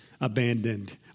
abandoned